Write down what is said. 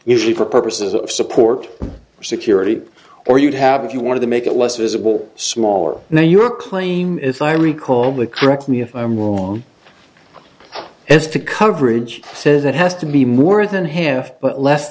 usually for purposes of support or security or you'd have if you wanted to make it less visible smaller now your claim if i recall only correct me if i'm wrong if the coverage says it has to be more than half but less